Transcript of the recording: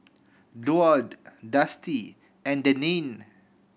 Duard Dusty and Denine